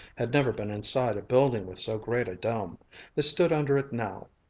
had never been inside a building with so great a dome. they stood under it now.